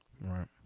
right